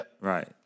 Right